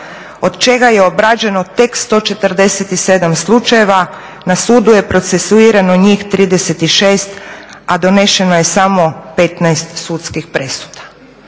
od čega je obrađeno tek 147 slučajeva. Na sudu je procesuirano njih 36, a doneseno je samo 15 sudskih presuda.